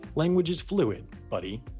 language is fluid, buddy.